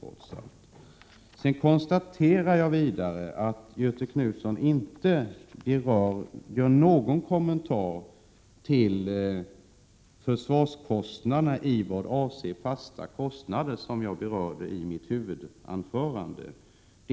Jag konstaterar vidare att Göthe Knutson inte har någon kommentar till försvarskostnaderna i vad avser fasta kostnader, som jag berörde i mitt huvudanförande.